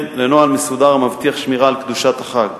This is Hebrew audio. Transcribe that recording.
לנוהל מסודר המבטיח שמירה על קדושת החג.